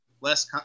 less